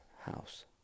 house